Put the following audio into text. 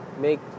Make